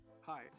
hi